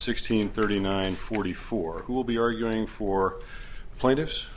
sixteen thirty nine forty four who will be arguing for pla